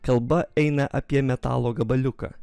kalba eina apie metalo gabaliuką